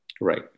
Right